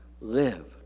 live